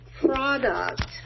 product